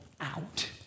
out